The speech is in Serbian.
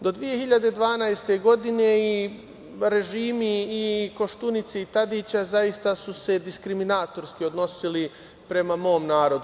Do 2012. godine i režimi Koštunice i Tadića zaista su se diskriminatorski odnosili prema mom narodu.